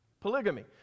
polygamy